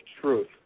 truth